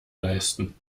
leisten